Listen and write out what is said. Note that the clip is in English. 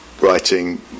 writing